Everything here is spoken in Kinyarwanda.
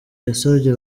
yasabye